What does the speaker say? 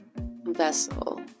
vessel